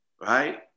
right